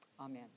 Amen